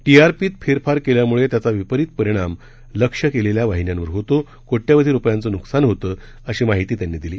टीआरपीत फेरफार केल्यामुळे त्याचा विपरीत परिणाम लक्ष्य केलेल्या वाहिन्यांवर होतो कोट्यावधी रुपयांचं नुकसान होतं अशी माहिती त्यांनी दिली